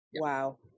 Wow